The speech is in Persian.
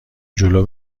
جلو